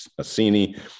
Assini